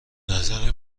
نظر